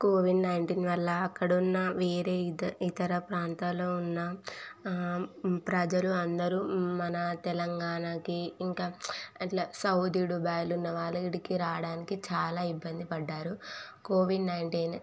Covid nineteen వల్ల అక్కడ ఉన్న వేరే ఇదర ఇతర ప్రాంతాలలో ఉన్న ప్రజలు అందరు మన తెలంగాణాకు ఇంకా అట్లా సౌదీ దుబాయ్లో ఉన్న వాళ్ళు ఈడకి రావడానికి చాలా ఇబ్బంది పడ్డారు కోవిడ్ నైంటీన్